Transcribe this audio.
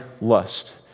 lust